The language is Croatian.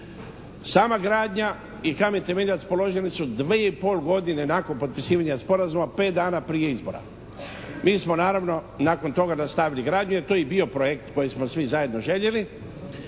Sama gradnja i kamen temeljac položili su dvije i pol godine nakon potpisivanja sporazuma, 5 dana prije izbora. Mi smo naravno nakon toga nastavili gradnju jer to je i bio projekt koji smo svi zajedno željeli